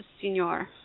Senor